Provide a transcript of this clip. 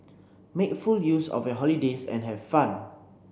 make full use of your holidays and have fun